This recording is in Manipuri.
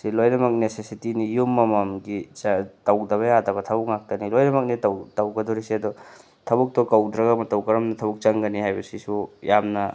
ꯁꯤ ꯂꯣꯏꯅꯃꯛ ꯅꯦꯁꯦꯁꯤꯇꯤꯅꯤ ꯌꯨꯝ ꯑꯃꯃꯝꯒꯤ ꯇꯧꯗꯕ ꯌꯥꯗꯕ ꯊꯕꯛ ꯉꯥꯛꯇꯅꯦ ꯂꯣꯏꯅꯝꯛꯅꯦ ꯇꯧꯒꯗꯧꯔꯤꯁꯦ ꯑꯗꯣ ꯊꯕꯛꯇꯣ ꯀꯧꯗ꯭ꯔꯒ ꯃꯇꯧ ꯀꯔꯝꯅ ꯊꯕꯛ ꯆꯪꯒꯅꯤ ꯍꯥꯏꯕꯁꯤꯁꯨ ꯌꯥꯝꯅ